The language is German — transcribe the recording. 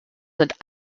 sind